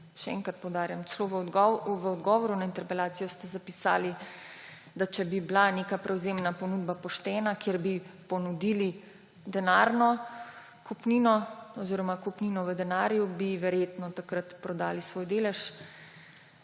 še enkrat poudarjam, celo v odgovoru na interpelacijo ste zapisali, da če bi bila neka prevzemna ponudba poštena, kjer bi ponudili denarno kupnino oziroma kupnino v denarju, bi verjetno takrat prodali svoj delež.